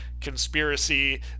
conspiracy